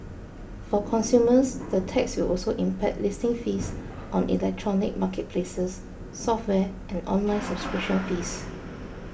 for consumers the tax will also impact listing fees on electronic marketplaces software and online subscription fees